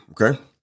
Okay